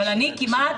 אבל אני כמעט,